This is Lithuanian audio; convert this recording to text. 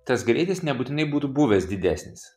tas greitis nebūtinai būtų buvęs didesnis